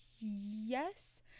yes